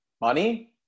money